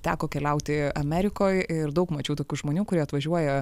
teko keliauti amerikoj ir daug mačiau tokių žmonių kurie atvažiuoja